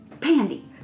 Pandy